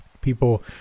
people